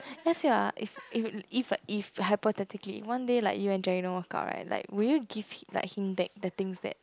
ask you ah if if if like if hypothetically one day like you and Jerry don't work out like will you give like him back the things that